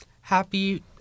Happy